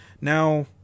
now